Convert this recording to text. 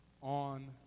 on